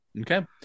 Okay